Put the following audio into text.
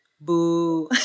Boo